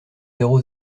zéro